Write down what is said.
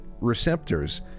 receptors